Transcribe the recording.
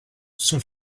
son